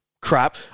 Crap